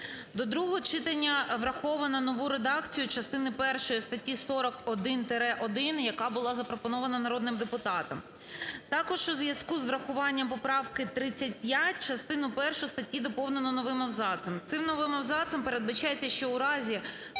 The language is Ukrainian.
До другого читання враховано нову редакцію частини першої статті 41-1, яка була запропонована народним депутатом. Також у зв'язку з врахуванням поправки 35 частину першу статті доповнено новим абзацом. Цим новим абзацом передбачається, що у разі